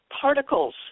particles